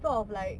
sort of like